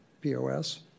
POS